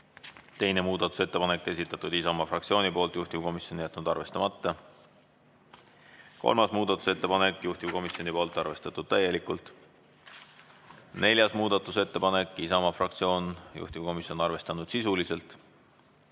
Teine muudatusettepanek, esitatud Isamaa fraktsiooni poolt, juhtivkomisjon on jätnud arvestamata. Kolmas muudatusettepanek, juhtivkomisjoni poolt, arvestatud täielikult. Neljas muudatusettepanek, Isamaa fraktsioonilt, juhtivkomisjon on arvestanud sisuliselt.